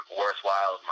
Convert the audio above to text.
worthwhile